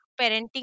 parenting